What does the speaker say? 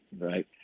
right